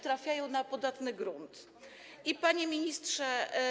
trafiają na podatny grunt. Panie Ministrze!